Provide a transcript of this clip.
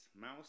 Mouse